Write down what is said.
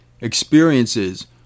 experiences